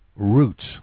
Roots